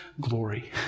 glory